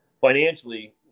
financially